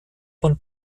von